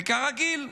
וכרגיל,